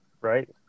right